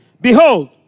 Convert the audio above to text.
Behold